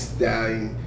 Stallion